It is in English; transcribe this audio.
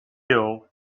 hill